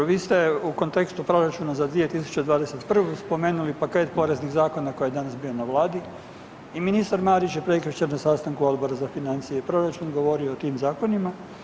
Vi ste u kontekstu proračuna za 2021. spomenuli paket poreznih zakona koji je danas bio na Vladi i ministar Marić je prekjučer na sastanku Odbora za financije i proračun govorio o tim zakonima.